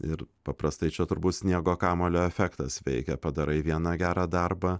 ir paprastai čia turbūt sniego kamuolio efektas veikia padarai vieną gerą darbą